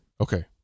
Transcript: okay